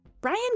Brian